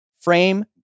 frame